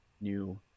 new